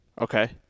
Okay